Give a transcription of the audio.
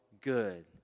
good